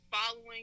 following